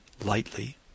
lightly